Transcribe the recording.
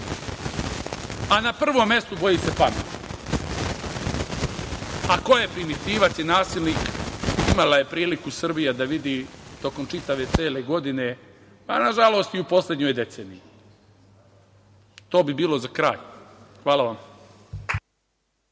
a na prvom mestu boji se pameti. A ko je primitivac i nasilnik, imala je priliku Srbija da vidi tokom čitave godine, pa nažalost, i u poslednjoj deceniji. To bi bilo za kraj. Hvala.